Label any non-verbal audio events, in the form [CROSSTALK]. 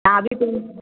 [UNINTELLIGIBLE]